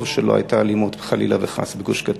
טוב שלא הייתה אלימות חלילה וחס בגוש-קטיף.